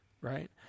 Right